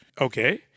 Okay